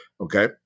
okay